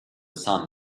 sun